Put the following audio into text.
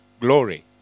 Glory